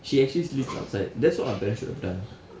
she actually sleeps outside that's what my parents should have done